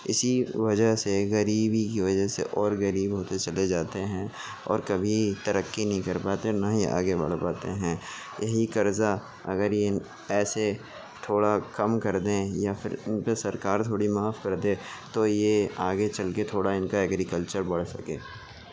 اسی وجہ سے غریبی کی وجہ سے اور غریب ہوتے چلے جاتے ہیں اور کبھی ترکی نہیں کر پاتے نہ ہی آگے بڑھ پاتے ہیں یہی قرضہ اگر یہ ایسے تھوڑا کم کر دیں یا پھر ان پہ سرکار تھوڑی معاف کر دے تو یہ آگے چل کے تھوڑا ان کا ایگریکلچر بڑھ سکے